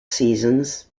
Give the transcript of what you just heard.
seasons